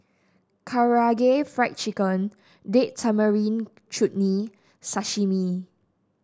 Karaage Fried Chicken Date Tamarind Chutney Sashimi